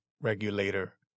regulator